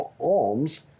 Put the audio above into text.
alms